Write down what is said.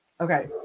Okay